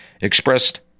expressed